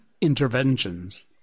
interventions